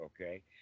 okay